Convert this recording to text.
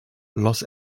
los